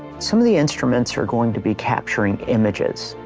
some of the instruments are going to be capturing images.